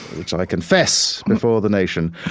which i confess before the nation.